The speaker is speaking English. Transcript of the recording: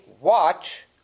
watch